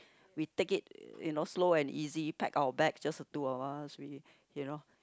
we take it you know slow and easy pack our bags just the two of us we you know